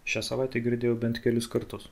šią savaitę girdėjau bent kelis kartus